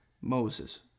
Moses